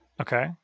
Okay